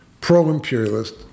pro-imperialist